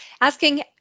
asking